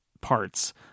parts